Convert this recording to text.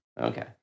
Okay